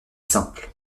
simple